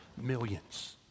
millions